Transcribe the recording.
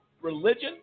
religion